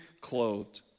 clothed